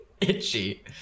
Itchy